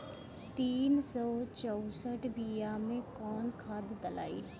तीन सउ चउसठ बिया मे कौन खाद दलाई?